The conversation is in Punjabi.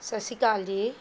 ਸਤਿ ਸ਼੍ਰੀ ਅਕਾਲ ਜੀ